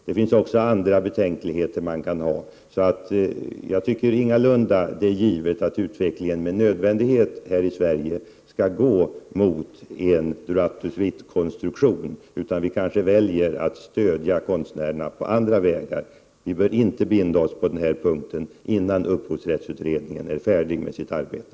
Det finns också andra betänkligheter, så det är ingalunda givet att 25 utvecklingen här i Sverige med nödvändighet skall gå mot en droit de suite-konstruktion, utan konstnärerna kan stödjas på andra vägar. Vi bör inte binda oss i riksdagen på denna punkt, innan upphovsrättsutredningen är färdig med sitt arbete.